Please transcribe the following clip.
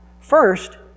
First